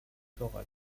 florale